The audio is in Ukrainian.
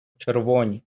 червоні